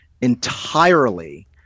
entirely